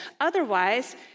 Otherwise